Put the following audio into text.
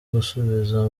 gusubiza